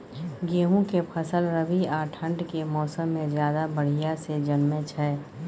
गेहूं के फसल रबी आ ठंड के मौसम में ज्यादा बढ़िया से जन्में छै?